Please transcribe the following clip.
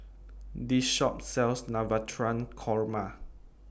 This Shop sells Navratan Korma